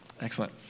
Excellent